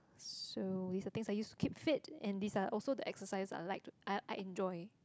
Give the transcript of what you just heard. so is the things I use to keep fit and these are also the exercise I'll like to I I enjoy